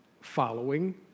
following